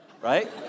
Right